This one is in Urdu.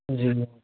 جی